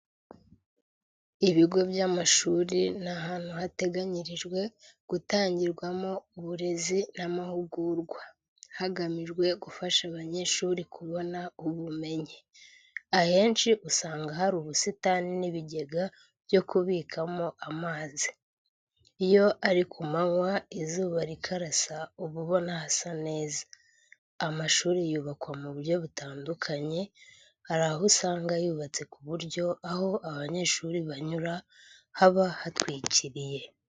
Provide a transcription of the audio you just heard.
Ibigo by’amashuri ni ahantu hateganyirijwe gutangirwamo uburezi n’amahugurwa, hagamijwe gufasha abanyeshuri kubona ubumenyi. Ahenshi usanga hari ubusitani n'ibijyega byo kubikamo amazi. Iyo ari kumanywa izuba rikarasa uba ubona hasa neza. Amashuri yubakwa mu buryo butandukanye, hari aho usanga yubatse ku buryo aho abanyeshuri banyura haba hatwikiriye.